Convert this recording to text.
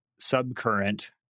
subcurrent